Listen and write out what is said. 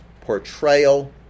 portrayal